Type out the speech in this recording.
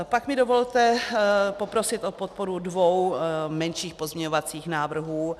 Pak mi dovolte poprosit o podporu dvou menších pozměňovacích návrhů.